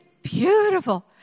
Beautiful